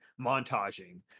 montaging